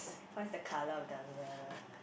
what's the colour of the umbrella